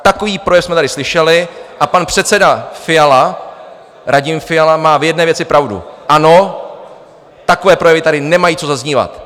Takový projev jsme tady slyšeli a pan předseda Fiala, Radim Fiala, má v jedné věci pravdu: ano, takové projevy tady nemají co zaznívat.